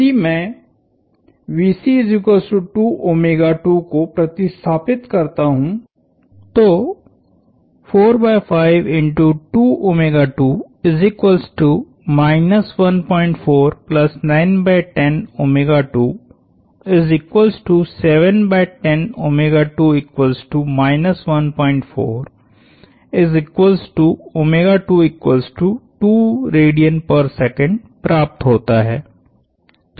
यदि मैं को प्रतिस्थापित करता हूँ तो प्राप्त होता है